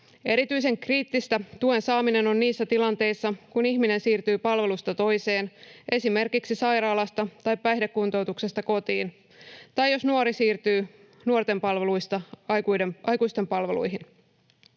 Erityisen kriittistä tuen saaminen on niissä tilanteissa, kun ihminen siirtyy palvelusta toiseen, esimerkiksi sairaalasta tai päihdekuntoutuksesta kotiin, tai jos nuori siirtyy nuorten palveluista aikuisten palveluihin.